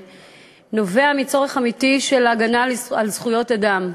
נובע מצורך אמיתי של הגנה על זכויות אדם.